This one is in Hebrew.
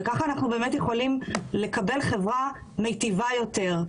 וככה אנחנו באמת יכולים לקבל חברה מיטיבה יותר.